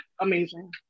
amazing